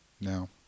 no